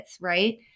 right